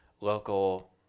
local